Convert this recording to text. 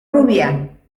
rubia